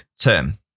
term